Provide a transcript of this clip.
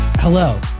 Hello